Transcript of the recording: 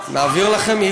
נעביר לכם.